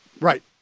Right